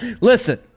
Listen